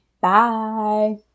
bye